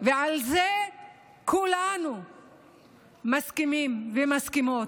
ועל זה כולנו מסכימים ומסכימות,